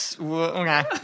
okay